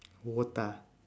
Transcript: ootah